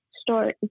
story